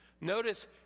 Notice